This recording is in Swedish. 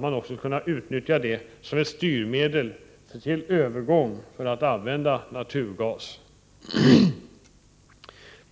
man kunna utnyttja som ett styrmedel för övergång till detta bränsle.